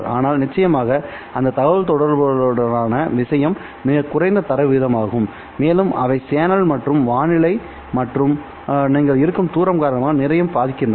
ஆனால் நிச்சயமாக அந்த தகவல்தொடர்புகளுடனான விஷயம் மிகக் குறைந்த தரவு வீதமாகும் மேலும் அவை சேனல் மற்றும் வானிலை மற்றும் நீங்கள் இருக்கும் தூரம் காரணமாக நிறைய பாதிக்கப்படுகின்றன